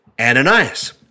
Ananias